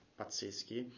pazzeschi